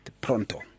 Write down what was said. pronto